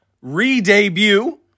re-debut